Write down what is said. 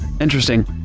interesting